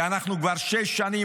כי אנחנו כבר שש שנים,